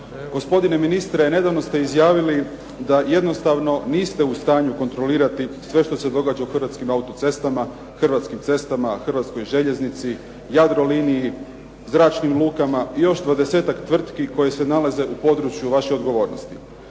Gospodine ministre, nedavno ste izjavili da jednostavno niste u stanju kontrolirati sve što se događa u Hrvatskim autocestama, Hrvatskim cestama, Hrvatskoj željeznici, Jadroliniji, zračnim lukama i još dvadesetak tvrtki koje se nalaze u području vaše odgovornosti.